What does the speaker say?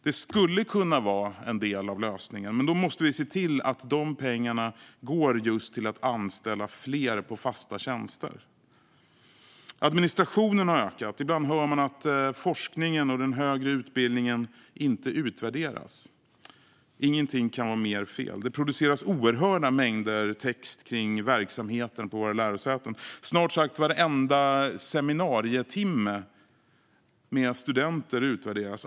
Det skulle kunna vara en del av lösningen, men då måste vi se till att dessa pengar går just till att anställa fler på fasta tjänster. Administrationen har ökat. Ibland hör man att forskningen och den högre utbildningen inte utvärderas. Ingenting kan vara mer fel. Det produceras oerhörda mängder text kring verksamheten på våra lärosäten. Snart sagt varenda seminarietimme med studenter utvärderas.